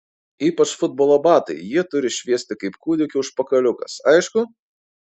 ypač futbolo batai jie turi šviesti kaip kūdikio užpakaliukas aišku